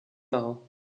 marins